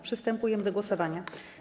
Przystępujemy do głosowania.